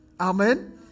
Amen